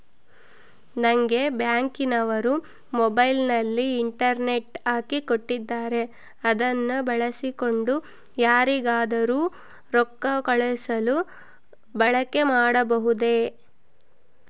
ನಂಗೆ ಬ್ಯಾಂಕಿನವರು ಮೊಬೈಲಿನಲ್ಲಿ ಇಂಟರ್ನೆಟ್ ಹಾಕಿ ಕೊಟ್ಟಿದ್ದಾರೆ ಅದನ್ನು ಬಳಸಿಕೊಂಡು ಯಾರಿಗಾದರೂ ರೊಕ್ಕ ಕಳುಹಿಸಲು ಬಳಕೆ ಮಾಡಬಹುದೇ?